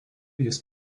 jis